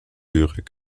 lyrik